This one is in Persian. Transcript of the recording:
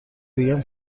بگم